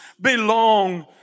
belong